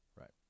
Right